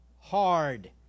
hard